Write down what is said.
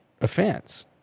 offense